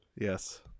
Yes